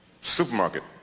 supermarket